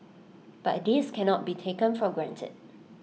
but this can not be taken for granted